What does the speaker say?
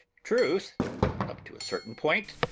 truth up to a certain point,